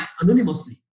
anonymously